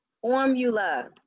Formula